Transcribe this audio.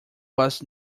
was